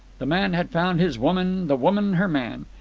the man had found his woman, the woman her man.